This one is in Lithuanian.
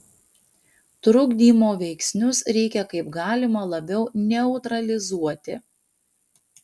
trukdymo veiksnius reikia kaip galima labiau neutralizuoti